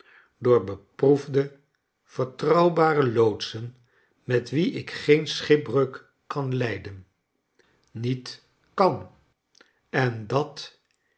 door beproefde vertrouwbare loodsen met wie ik geen schipbreuk kan leiden niet kan en dat